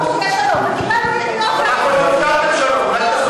שיהיה שלום, באמת, באוסלו, אמרו שיהיה שלום.